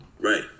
Right